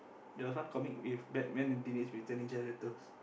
the some comic with batman and Teenage-Mutant-Ninja-Turtles